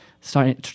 starting